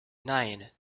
nine